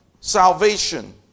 salvation